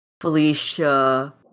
Felicia